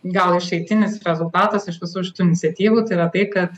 gal išeitinis rezultatas iš visų šitų iniciatyvų tai yra tai kad